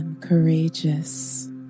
courageous